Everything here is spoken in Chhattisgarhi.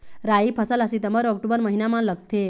राई फसल हा सितंबर अऊ अक्टूबर महीना मा लगथे